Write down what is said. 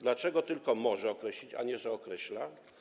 Dlaczego tylko „może określić”, a nie jest: „określa”